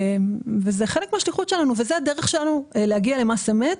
זה חלק מהשליחות שלנו וזאת הדרך שלנו להגיע למס אמת.